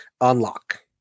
unlock